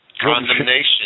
Condemnation